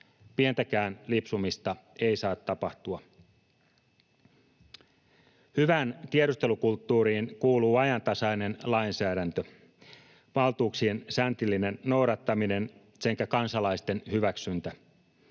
Pientäkään lipsumista ei saa tapahtua. Hyvään tiedustelukulttuuriin kuuluu ajantasainen lainsäädäntö, valtuuksien säntillinen noudattaminen sekä kansalaisten hyväksyntä.